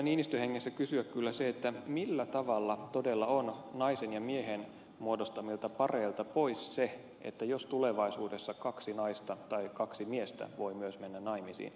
niinistön hengessä kysyä kyllä sitä että millä tavalla todella on naisen ja miehen muodostamilta pareilta pois jos tulevaisuudessa kaksi naista tai kaksi miestä voivat myös mennä naimisiin